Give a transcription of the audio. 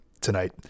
tonight